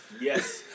Yes